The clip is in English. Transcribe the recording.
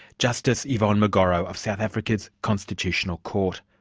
justice yvonne mokgoro of south africa's constitutional court.